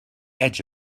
edge